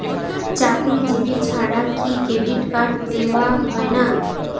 চাকুরীজীবি ছাড়া কি ক্রেডিট কার্ড দেওয়া হয় না?